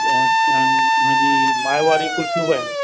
हा हुन जी माए वारियूं कुल्फियूं बि आहिनि